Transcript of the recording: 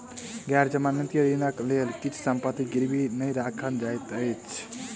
गैर जमानती ऋणक लेल किछ संपत्ति गिरवी नै राखल जाइत अछि